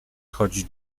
chodzić